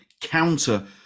counter